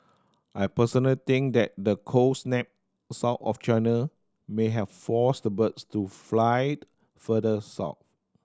I personal think that the cold snap south of China may have forced the birds to fly further south